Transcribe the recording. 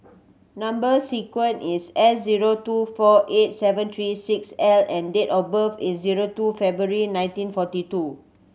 number sequence is S zero two four eight seven three six L and date of birth is zero two February nineteen forty two